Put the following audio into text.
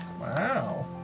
Wow